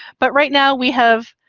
but right now we have,